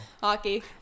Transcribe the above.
hockey